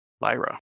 lyra